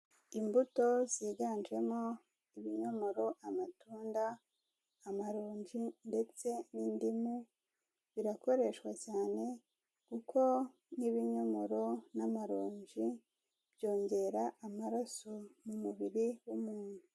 Imbuto ziganjemo ibinyomoro, amatunda, amaronji ndetse n'indimu, birakoreshwa cyane kuko nk'ibinyomoro n'amaronji, byongera amaraso mu mubiri w'umuntu.